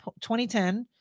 2010